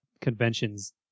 conventions